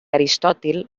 aristòtil